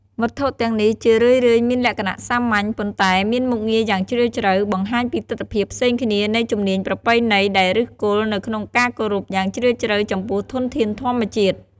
វត្ថុទាំងនេះ ជារឿយៗមានលក្ខណៈសាមញ្ញ ប៉ុន្តែមានមុខងារយ៉ាងជ្រាលជ្រៅ បង្ហាញពីទិដ្ឋភាពផ្សេងគ្នានៃជំនាញប្រពៃណីដែលឫសគល់នៅក្នុងការគោរពយ៉ាងជ្រាលជ្រៅចំពោះធនធានធម្មជាតិ។